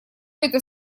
это